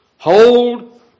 Hold